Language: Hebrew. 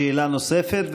שאלה נוספת,